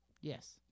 Yes